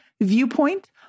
viewpoint